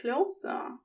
closer